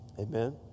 Amen